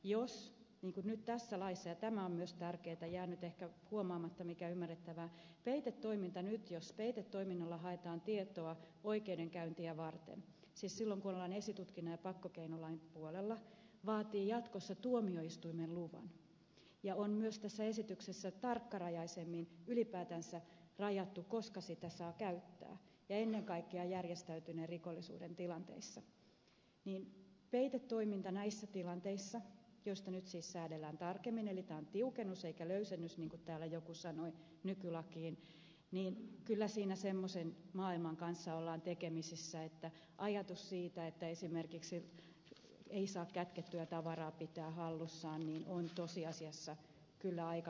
jos se että niin kuin nyt tässä laissa ja tämä on myös tärkeätä on jäänyt ehkä huomaamatta mikä on ymmärrettävää peitetoiminnalla haetaan tietoa oikeudenkäyntiä varten siis silloin kun ollaan esitutkinnan ja pakkokeinolain puolella vaatii jatkossa tuomioistuimen luvan ja on myös tässä esityksessä tarkkarajaisemmin ylipäätänsä rajattu koska sitä saa käyttää ja ennen kaikkea järjestäytyneen rikollisuuden tilanteissa joista nyt siis säädellään tarkemmin eli tämä on tiukennus eikä löysennys niin kuin täällä joku sanoi nykylakiin niin kyllä siinä semmoisen maailman kanssa ollaan tekemisissä että ajatus siitä että esimerkiksi ei saa kätkettyä tavaraa pitää hallussaan on tosiasiassa kyllä aika kaukana todellisuudesta